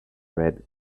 red